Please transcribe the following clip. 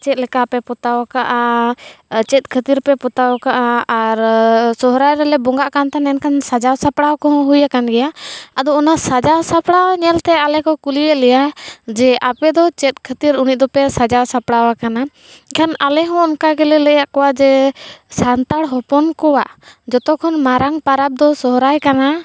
ᱪᱮᱜ ᱞᱮᱠᱟᱯᱮ ᱯᱚᱛᱟᱣ ᱠᱟᱜᱼᱟ ᱟᱨ ᱪᱮᱫ ᱠᱷᱟᱹᱛᱤᱨ ᱯᱮ ᱯᱚᱛᱟᱣ ᱠᱟᱜᱼᱟ ᱟᱨ ᱥᱚᱦᱨᱟᱭ ᱨᱮᱞᱮ ᱵᱚᱸᱜᱟᱜ ᱠᱟᱱ ᱛᱟᱦᱮᱱᱟ ᱮᱱᱠᱷᱟᱱ ᱥᱟᱡᱟᱣ ᱥᱟᱯᱲᱟᱣ ᱠᱚᱦᱚᱸ ᱦᱩᱭᱩᱟᱠᱟᱱ ᱜᱮᱭᱟ ᱟᱫᱚ ᱚᱱᱟ ᱥᱟᱡᱟᱣ ᱥᱟᱯᱲᱟᱣ ᱧᱮᱞᱛᱮ ᱟᱞᱮ ᱠᱚ ᱠᱩᱞᱤᱭᱮᱜ ᱞᱮᱭᱟ ᱡᱮ ᱟᱯᱮ ᱫᱚ ᱪᱮᱫ ᱠᱷᱟᱹᱛᱤᱨ ᱩᱱᱟᱹᱜ ᱫᱚᱯᱮ ᱥᱟᱡᱟᱣ ᱥᱟᱯᱲᱟᱣ ᱟᱠᱟᱱᱟ ᱠᱷᱟᱱ ᱟᱞᱮᱦᱚᱸ ᱚᱱᱠᱟᱜᱮᱞᱮ ᱞᱟᱹᱭᱟᱜ ᱠᱚᱣᱟ ᱡᱮ ᱥᱟᱱᱛᱟᱲ ᱦᱚᱯᱚᱱ ᱠᱚᱣᱟᱜ ᱡᱚᱛᱚ ᱠᱷᱚᱱ ᱢᱟᱨᱟᱝ ᱯᱟᱨᱟᱵᱽ ᱫᱚ ᱥᱚᱦᱨᱟᱭ ᱠᱟᱱᱟ